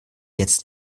jetzt